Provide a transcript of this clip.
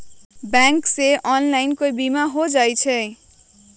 Bank से online केहु बिमा हो जाईलु?